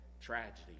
tragedy